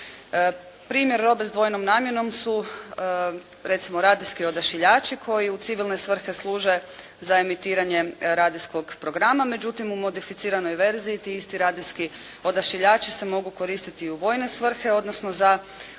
Primjer robe s dvojnom namjenom su recimo radijski odašiljači koji u civilne svrhe služe za emitiranje radijskog programa, međutim u modificiranoj verziji ti isti radijski odašiljači se mogu koristiti i u vojne svrhe, odnosno za ometanje